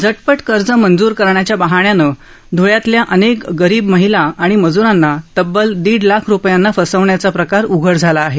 झटपट कर्ज मंजूर करण्याच्या बहाण्यानं धुळ्यातल्या अनेक गरीब महिला मजूरांना तब्बल दिड लाख रुपयांना फसवण्याचा प्रकार उघड झाला आहे